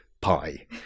pi